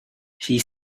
she